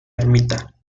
ermita